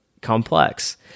complex